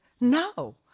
no